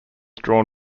drawn